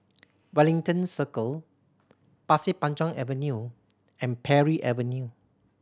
Wellington Circle Pasir Panjang Avenue and Parry Avenue